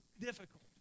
difficult